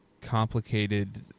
complicated